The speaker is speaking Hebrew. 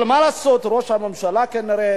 אבל מה לעשות, ראש הממשלה, כנראה